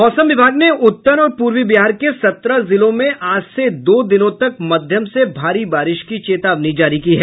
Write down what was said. मौसम विभाग ने उत्तर और पूर्वी बिहार के सत्रह जिलों में आज से दो दिनों तक मध्यम से भारी बारिश की चेतावनी जारी की है